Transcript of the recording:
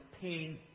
pain